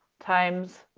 times